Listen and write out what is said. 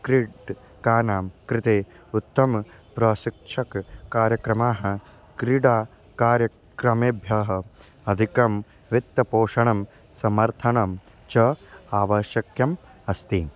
क्रीडकानां कृते उत्तमाः प्रशिक्षककार्यक्रमाः क्रीडाकार्यक्रमेभ्यः अधिकं वित्तपोषणं समर्थनं च आवश्यकम् अस्ति